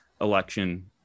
election